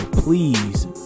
Please